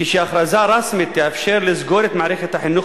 כשהכרזה רשמית תאפשר לסגור את מערכת החינוך